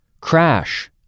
Crash